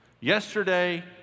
Yesterday